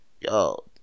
yo